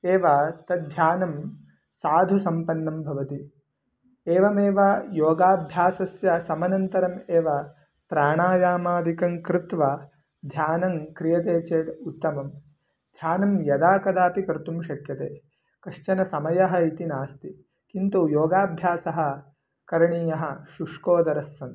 एव तद्ध्यानं साधुसम्पन्नं भवति एवमेव योगाभ्यासस्य समनन्तरम् एव प्राणायामादिकं कृत्वा ध्यानं क्रियते चेत् उत्तमं ध्यानं यदा कदापि कर्तुं शक्यते कश्चन समयः इति नास्ति किन्तु योगाभ्यासः करणीयः शुष्कोदरस्सन्